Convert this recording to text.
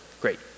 great